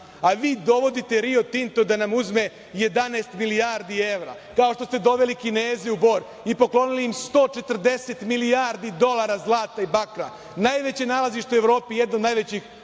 a vi dovodite Rio Tinto da nam uzme 11 milijardi evra, kao što ste doveli Kineze u Bor i poklonili im 140 milijardi dolara zlata i bakra. Najveće nalazište u Evropi i jedno od najvećih